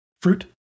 fruit